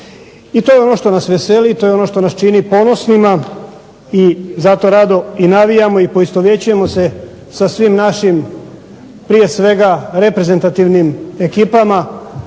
I to je ono što nas veseli i to je ono što nas čini ponosnima i zato radimo i navijamo i poistovjećujemo se sa svim našim prije svega reprezentativnim ekipama,